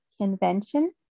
convention